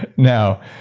and now,